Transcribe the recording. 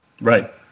Right